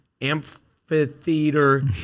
Amphitheater